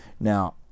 Now